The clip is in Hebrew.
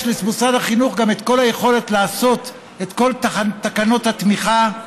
יש למשרד החינוך גם את כל היכולת לעשות את כל תקנות התמיכה.